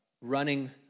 running